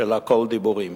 של "הכול דיבורים".